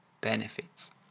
benefits